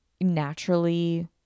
naturally